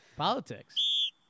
politics